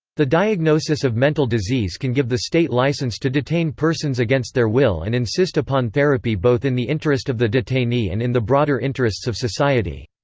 the diagnosis of mental disease can give the state license to detain persons against their will and insist upon therapy both in the interest of the detainee and in the broader interests of society.